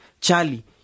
Charlie